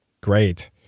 great